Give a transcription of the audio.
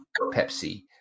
Pepsi